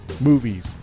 movies